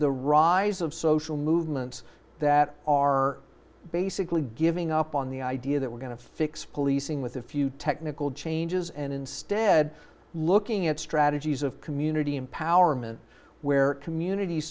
the rise of social movements that are basically giving up on the idea that we're going to fix policing with a few technical changes and instead looking at strategies of community empowerment where communities